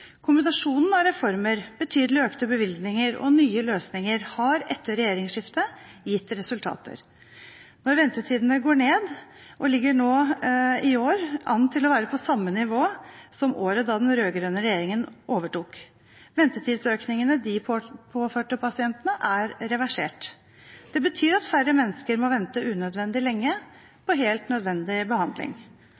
Kombinasjonen av reformer, betydelig økte bevilgninger og nye løsninger har etter regjeringsskiftet gitt resultater. Ventetidene går nedover og ligger nå an til i år å være på samme nivå som året da den rød-grønne regjeringen overtok. Ventetidsøkningene de påførte pasientene, er reversert. Det betyr at færre mennesker må vente unødvendig lenge på helt nødvendig behandling.